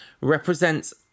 represents